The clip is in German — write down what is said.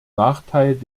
nachteil